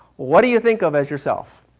what do you think of as yourself?